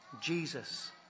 Jesus